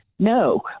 No